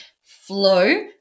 flow